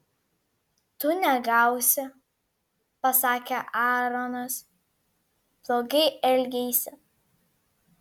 tu negausi pasakė aaronas blogai elgeisi